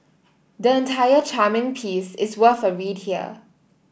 the entire charming piece is worth a read here